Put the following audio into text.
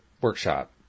workshop